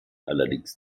allerdings